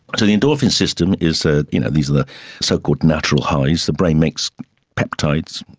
but the endorphin system is, ah you know these are the so-called natural highs, the brain makes peptides,